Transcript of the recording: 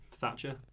Thatcher